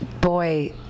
boy